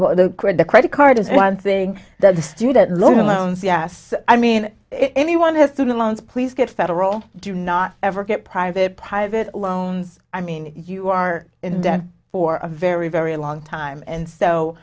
about the credit card is one thing that student loans yes i mean if anyone has student loans please get federal do not ever get private pilot loans i mean if you are in debt for a very very long time and so